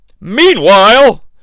meanwhile